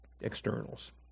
externals